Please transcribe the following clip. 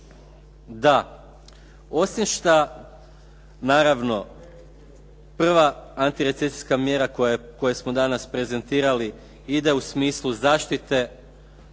da osim šta naravno prva antirecesijska mjera koju smo danas prezentirali ide u smislu zaštite